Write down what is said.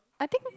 I think